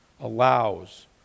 allows